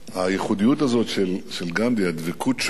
הייחודיות הזאת של גנדי, הדבקות שלו,